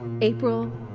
April